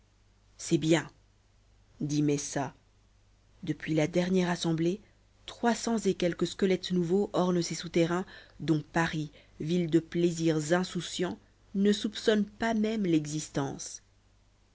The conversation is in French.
c'est bien dit messa depuis la dernière assemblée trois cents et quelques squelettes nouveaux ornent ces souterrains dont paris ville de plaisirs insouciants ne soupçonne pas même l'existence